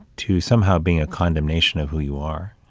to somehow being a condemnation of who you are,